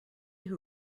who